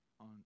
on